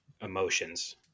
emotions